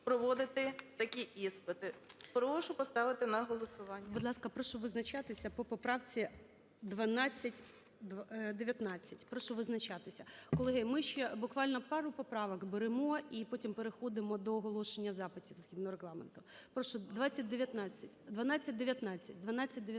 проводити такі іспити. Прошу поставити на голосування. ГОЛОВУЮЧИЙ. Будь ласка, прошу визначатися по поправці 1219. Прошу визначатися. Колеги, ми ще буквально пару поправок беремо - і потім переходимо до оголошення запитів згідно Регламенту. Прошу, 2019. 1219.